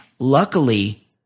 Luckily